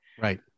Right